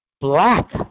black